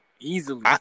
Easily